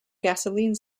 gasoline